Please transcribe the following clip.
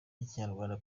ikinyarwanda